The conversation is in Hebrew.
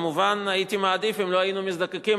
מובן שהייתי מעדיף אם לא היינו נזקקים